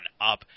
up